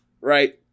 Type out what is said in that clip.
right